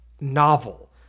novel